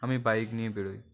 আমি বাইক নিয়ে বের হই